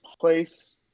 place